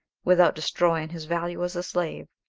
without destroying his value as a slave,